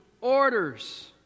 orders